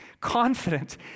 confident